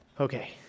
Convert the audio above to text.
Okay